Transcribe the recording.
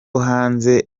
hanze